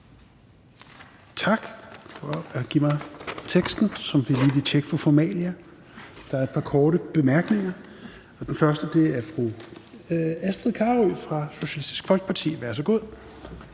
Tak for at give mig teksten, som vi lige vil tjekke for formalia. Der er et par korte bemærkninger, og den første er fra fru Astrid Carøe fra Socialistisk Folkeparti. Værsgo